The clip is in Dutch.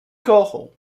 kogel